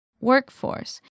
Workforce